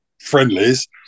friendlies